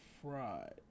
fried